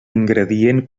ingredient